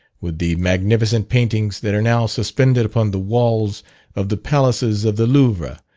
with the magnificent paintings that are now suspended upon the walls of the palaces of the louvre,